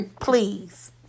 Please